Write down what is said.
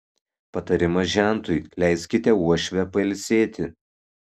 patarimas žentui leiskite uošvę pailsėti